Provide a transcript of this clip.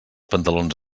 pantalons